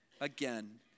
again